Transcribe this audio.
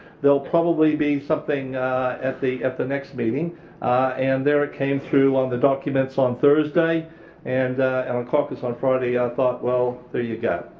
they'll probably be something at the at the next meeting and there it came through on the documents on thursday and and on caucus on friday, i thought well there you go,